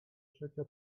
trzecia